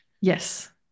Yes